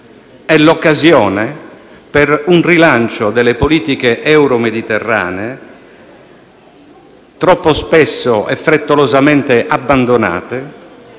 È l'occasione per un rilancio delle politiche euromediterranee, troppo spesso e frettolosamente abbandonate,